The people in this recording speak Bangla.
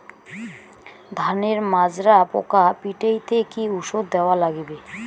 ধানের মাজরা পোকা পিটাইতে কি ওষুধ দেওয়া লাগবে?